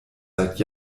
seit